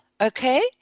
okay